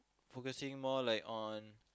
focusing more like on